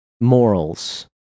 morals